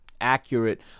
accurate